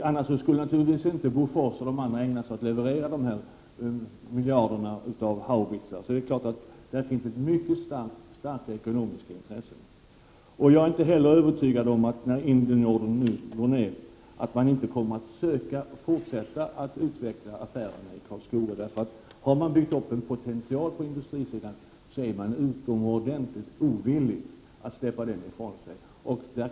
Annars skulle naturligtvis inte Bofors och de andra vapentillverkarna ägna sig åt att bl.a. leverera haubitsar för miljarder. Det är klart att det finns mycket starka ekonomiska intressen i den här hanteringen. Jag är inte heller övertygad om att när Indienordern slutleverats man inte kommer att försöka fortsätta att utveckla affärerna i Karlskoga. Har man byggt upp en potential på industrisidan, är man utomordentligt ovillig att släppa den ifrån sig.